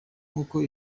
nk’uko